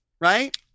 right